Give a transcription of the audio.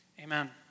Amen